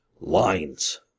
lines